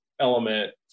element